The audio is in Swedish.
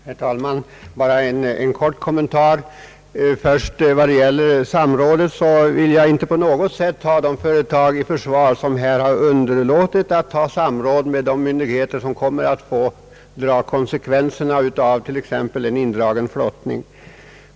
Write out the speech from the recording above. Herr talman! Bara en kort kommentar. Beträffande samrådet vill jag inte på något sätt ta de företag i försvar som underlåter att samråda med de myndigheter vilka kommer att få ta konsekvenserna av t.ex. indragen flottning.